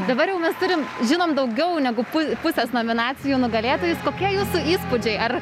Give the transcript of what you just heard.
dabar jau mes turim žinom daugiau negu pu pusės nominacijų nugalėtojus kokie jūsų įspūdžiai ar